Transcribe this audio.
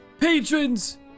Patrons